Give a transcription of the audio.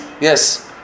Yes